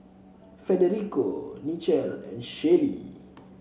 Federico Nichelle and Shaylee